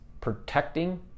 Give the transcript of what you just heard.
protecting